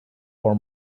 for